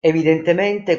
evidentemente